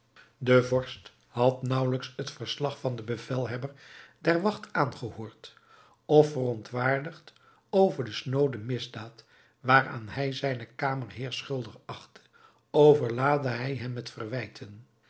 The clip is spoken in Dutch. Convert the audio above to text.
de vorst had naauwelijks het verslag van den bevelhebber der wacht aangehoord of verontwaardigd over de snoode misdaad waaraan hij zijnen kamerheer schuldig achtte overlaadde hij hem met verwijten